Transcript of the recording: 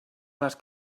les